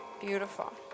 Beautiful